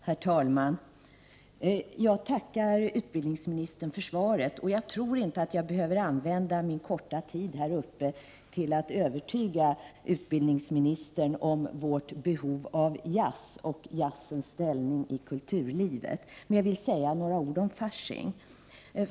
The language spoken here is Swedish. Herr talman! Jag tackar utbildningsministern för svaret, och jag tror inte att jag behöver använda min korta tid i talarstolen till att övertyga utbildningsministern om vårt behov av jazz och jazzens ställning i kulturlivet. Men jag vill säga några ord om Fasching.